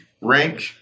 rank